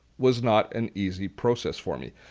was not an easy process for me.